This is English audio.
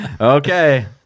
Okay